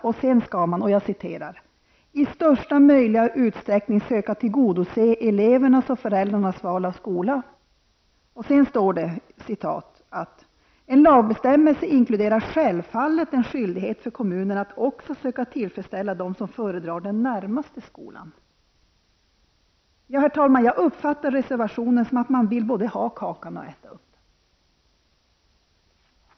Vidare skall man ''i största möjliga utsträckning söka tillgodose elevernas och föräldrarnas val av skola''. Det står också att ''en lagbestämmelse inkluderar självfallet en skyldighet för kommunerna att också söka tillfredsställa dem som föredrar den närmaste skolan''. Jag uppfattar reservationen så, att man både vill ha kakan och vill äta upp den.